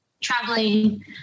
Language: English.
traveling